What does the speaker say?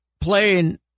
playing